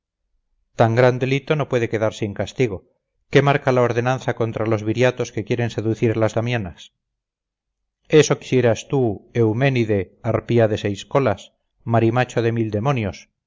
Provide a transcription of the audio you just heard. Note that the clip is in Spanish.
tan gran delito no puede quedar sin castigo qué marca la ordenanza contra los viriatos que quieren seducir a las damianas eso quisieras tú euménide harpía de seis colas marimacho de mil demonios